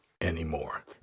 anymore